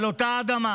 על אותה אדמה